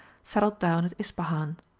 settled down at ispahan.